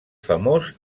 famós